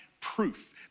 proof